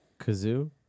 kazoo